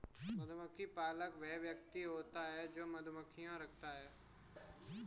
मधुमक्खी पालक वह व्यक्ति होता है जो मधुमक्खियां रखता है